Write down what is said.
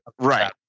Right